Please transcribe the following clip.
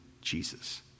Jesus